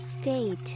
state